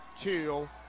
two